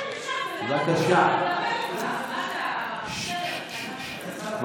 גם מה אתה צועק עליי משם, ונדבר איתך.